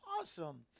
awesome